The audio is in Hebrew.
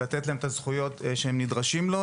לתת להם את הזכויות שהם נדרשים להן.